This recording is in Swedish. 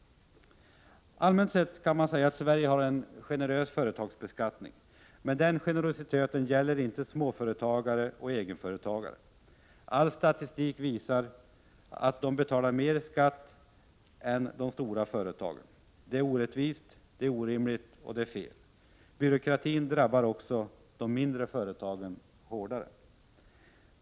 Allmänt sett har Sverige en generös företagsbeskattning. Den generositeten gäller dock inte småföretagare och egenföretagare. All statistik visar att de betalar mer i skatt än de stora företagen. Detta är orättvist, orimligt och fel. Byråkratin drabbar också ofta de mindre företagen hårt.